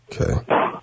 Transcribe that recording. Okay